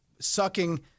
Sucking